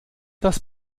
das